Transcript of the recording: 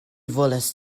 volas